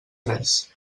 tres